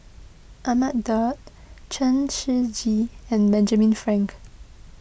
Ahmad Daud Chen Shiji and Benjamin Frank